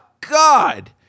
God